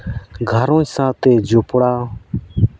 ᱜᱷᱟᱨᱚᱸᱡᱽ ᱥᱟᱶᱛᱮ ᱡᱚᱯᱲᱟᱣ